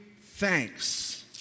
thanks